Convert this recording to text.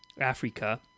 Africa